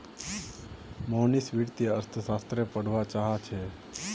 मोहनीश वित्तीय अर्थशास्त्र पढ़वा चाह छ